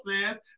says